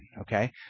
okay